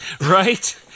right